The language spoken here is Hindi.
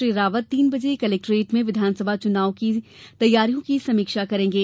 श्री रावत तीन बजे कलेक्टेट में विधानसभा चुनाव की तैयारियों की समीक्षा करेंगे